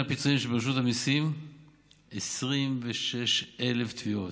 הפיצויים של רשות המיסים 26,000 תביעות.